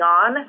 on